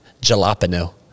jalapeno